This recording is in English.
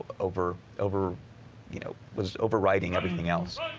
over over you know was overwriting everything else.